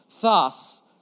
Thus